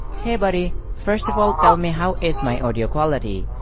hey buddy, first of all tell me how is my audio quality,